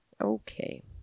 Okay